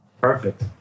Perfect